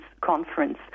conference